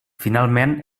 finalment